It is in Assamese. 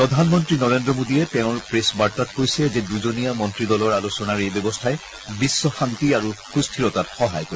প্ৰধানমন্ত্ৰী নৰেন্দ্ৰ মোডীয়ে তেওঁৰ প্ৰেছ বাৰ্তাত কৈছে যে দুজনীয়া মন্তী দলৰ আলোচনাৰ এই ব্যৱস্থাই বিশ্ব শান্তি আৰু সুস্থিৰতাত সহায় কৰিব